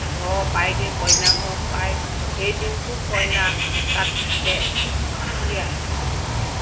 ঘৰ পায়গৈ কইনাঘৰ পায় সেইদিনটো কইনা তাত থাকে থাকি আহে